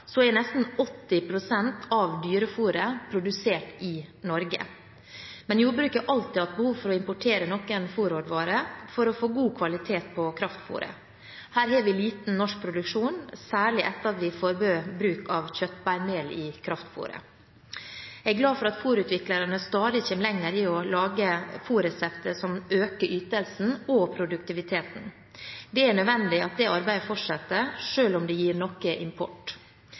så er nesten 80 pst. av dyrefôret produsert i Norge. Men jordbruket har alltid hatt behov for å importere noen fôrråvarer for å få god kvalitet på kraftfôret. Her har vi liten norsk produksjon, særlig etter at vi forbød bruk av kjøttbeinmel i kraftfôret. Jeg er glad for at fôrutviklerne stadig kommer lenger i å lage fôrresepter som øker ytelsen og produktiviteten. Det er nødvendig at det arbeidet fortsetter, selv om det gir noe import.